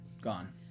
gone